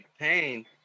pain